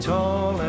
Tall